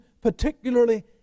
particularly